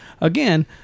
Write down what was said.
again